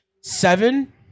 seven